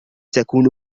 تكون